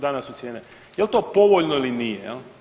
Danas su cijene, jel' to povoljno ili nije?